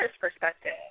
perspective